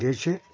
দেশে